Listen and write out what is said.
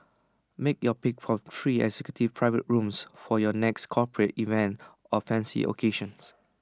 make your pick from three executive private rooms for your next corporate event or fancy occasions